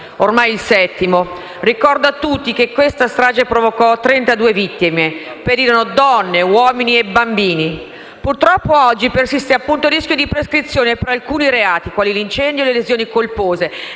ormai il settimo. Ricordo a tutti che quella strage provocò 32 vittime: perirono donne, uomini e bambini. Purtroppo, oggi persiste il rischio di prescrizione per alcuni reati, quali l'incendio e le lesioni colpose,